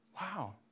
Wow